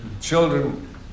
Children